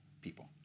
people